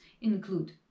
include